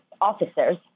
officers